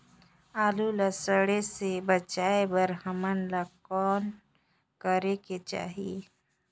आलू ला सड़े से बचाये बर हमन ला कौन करेके चाही?